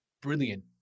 brilliant